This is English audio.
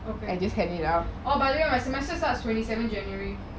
okay oh by the way my semester starts twenty seven january